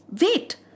Wait